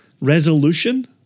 resolution